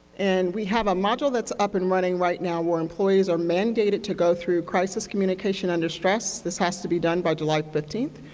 and we have a model that's up and running right now where employees are mandated to go through crisis communication under stress. this has to be done by july fifteenth,